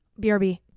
BRB